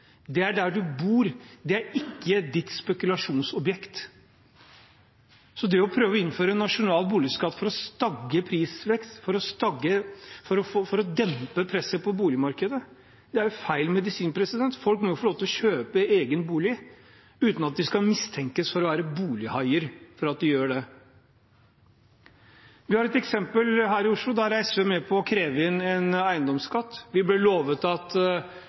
det er der de bor, det er ikke et spekulasjonsobjekt. Det å prøve å innføre en nasjonal boligskatt for å stagge prisveksten og dempe presset på boligmarkedet er feil medisin. Folk må få lov til å kjøpe egen bolig uten at de skal mistenkes for å være bolighaier. Vi har et eksempel her i Oslo, der SV er med på å kreve inn eiendomsskatt. Vi ble lovet at